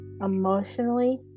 emotionally